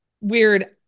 weird